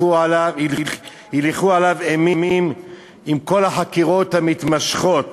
כשהילכו עליו אימים עם כל החקירות המתמשכות,